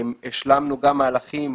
השלמנו גם מהלכים